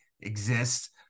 exists